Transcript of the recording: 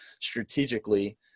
strategically